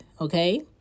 okay